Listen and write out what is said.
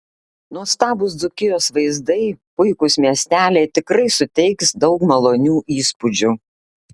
nuostabūs dzūkijos vaizdai puikūs miesteliai tikrai suteiks daug malonių įspūdžių